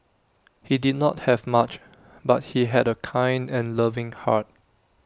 he did not have much but he had A kind and loving heart